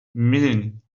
میدونین